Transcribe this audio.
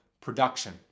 production